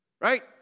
Right